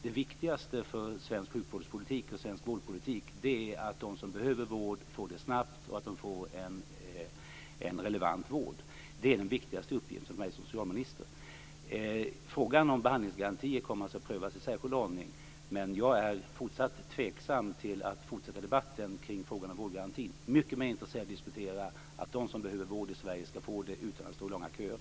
Det viktigaste för svensk vårdpolitik är att de som behöver vård får det snabbt och att de får en relevant vård. Det är den viktigaste uppgiften för mig som socialminister. Frågan om behandlingsgarantier kommer alltså att prövas i särskild ordning, men jag är fortsatt tveksam till att fortsätta debatten kring frågan om vårdgarantin. Jag är mycket mer intresserad av att diskutera att de som behöver vård i Sverige skall få det utan att stå i långa köer.